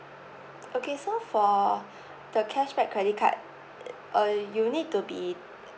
okay so for the cashback credit card uh you need to be